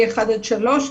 ארציים.